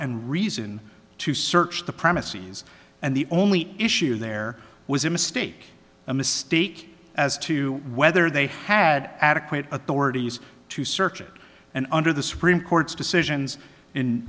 and reason to search the premises and the only issue there was a mistake a mistake as to whether they had adequate authorities to search it and under the supreme court's decisions in